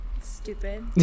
Stupid